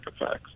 effects